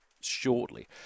shortly